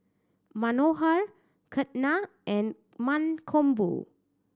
Manohar Ketna and Mankombu